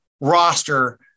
roster